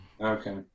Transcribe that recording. Okay